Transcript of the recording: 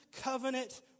covenant